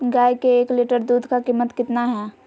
गाय के एक लीटर दूध का कीमत कितना है?